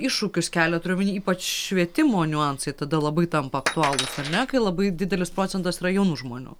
iššūkius kelia turiu omeny ypač švietimo niuansai tada labai tampa aktualūs ar ne kai labai didelis procentas yra jaunų žmonių